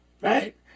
Right